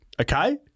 Okay